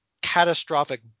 catastrophic